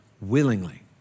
willingly